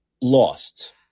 lost